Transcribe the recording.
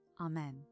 Amen